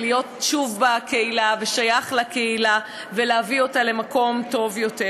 להיות שוב בקהילה ושייך לקהילה ולהביא אותה למקום טוב יותר.